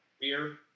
beer